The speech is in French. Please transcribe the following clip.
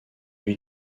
lui